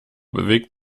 bewegt